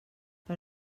per